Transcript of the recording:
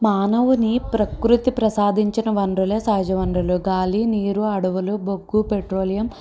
మానవునికి ప్రకృతి ప్రసాదించిన వనరుల సహజ వనరులు గాలి నీరు అడవులు బొగ్గు పెట్రోలియం